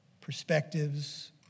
perspectives